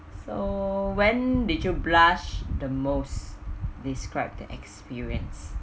so when did you blush the most describe the experience